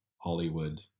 Hollywood